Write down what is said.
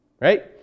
Right